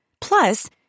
Plus